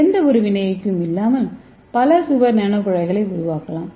எந்தவொரு வினையூக்கியும் இல்லாமல் பல சுவர் நானோகுழாய்களை உருவாக்கலாம்